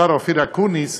השר אופיר אקוניס,